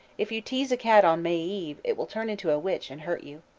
if you tease a cat on may eve, it will turn into a witch and hurt you.